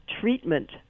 treatment